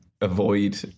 avoid